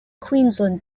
queensland